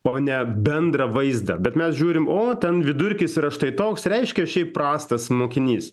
o ne bendrą vaizdą bet mes žiūrim o ten vidurkis yra štai toks reiškia šiaip prastas mokinys